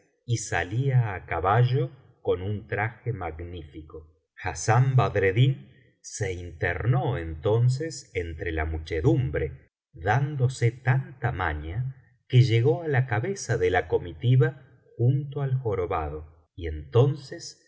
y salía á caballo con un traje magnífico biblioteca valenciana generalitat valenciana las mil noches y una noche hassán badreddin se internó entonces entre la muchedumbre dándose tanta maña que llegó á la cabeza de la comitiva junto al jorobado y entonces